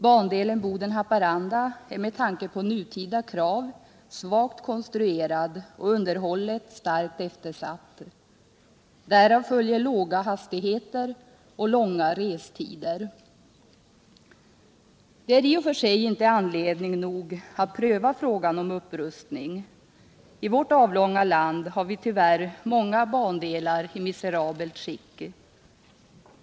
Bandelen Boden-Haparanda är med tanke på nutida krav svagt konstruerad och underhållet starkt eftersatt. Därav följer låga hastigheter och långa restider. Detta är i och för sig inte anledning nog att pröva frågan om en upprustning. I vårt avlånga land har vi tyvärr många bandelar i miserabelt skick.